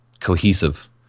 cohesive